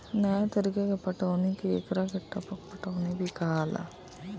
नया तरीका के पटौनी के एकरा के टपक पटौनी भी कहाला